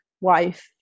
wife